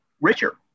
richer